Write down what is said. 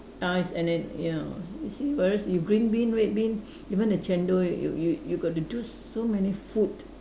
ice and then you know you see whereas you green bean red bean even the chendol you you you got to do so many food